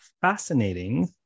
fascinating